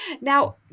Now